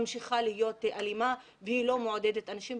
ממשיכה להיות אלימה ואינה מעודדת אנשים.